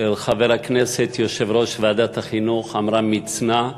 אל חבר הכנסת ויושב-ראש ועדת החינוך עמרם מצנע,